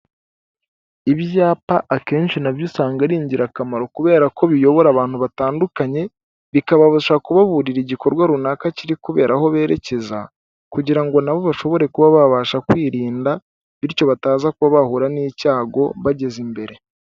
Ibyapa akenshi nabyo usanga ari ingirakamaro kubera ko biyobora abantu batandukanye bikababuza kubaburira igikorwa runaka kiri kubera aho berekeza kugira ngo nabo bashobore kuba babasha kwirinda bityo bataza kuba bahura n'icyago bageze imbere.